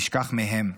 נשכח מהם.